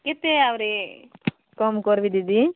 କେତେ ଆହୁରି କମ୍ କରିବି ଦିଦି